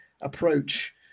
approach